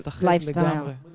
lifestyle